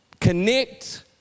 connect